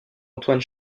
antoine